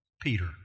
Peter